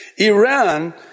Iran